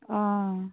आं